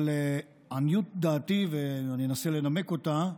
אבל לעניות דעתי, ואני אנסה לנמק אותה,